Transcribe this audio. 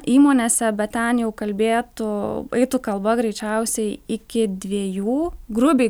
įmonėse bet ten jau kalbėtų eitų kalba greičiausiai iki dviejų grubiai